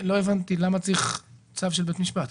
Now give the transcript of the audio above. לא הבנתי למה צריך צו של בית משפט.